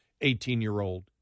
18-year-old